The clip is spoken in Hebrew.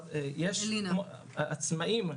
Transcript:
אלינה,